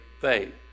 Faith